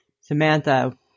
Samantha